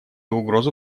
угрозу